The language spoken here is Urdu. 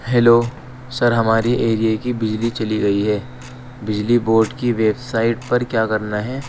ہیلو سر ہمارے اریے کی بجلی چلی گئی ہے بجلی بورڈ کی ویبسائٹ پر کیا کرنا ہے